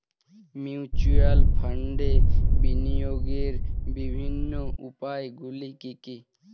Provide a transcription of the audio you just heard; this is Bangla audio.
মিউচুয়াল ফান্ডে বিনিয়োগের বিভিন্ন উপায়গুলি কি কি?